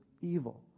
evil